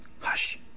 Hush